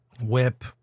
whip